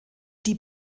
die